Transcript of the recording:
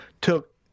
took